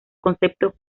conceptos